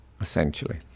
essentially